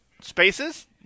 spaces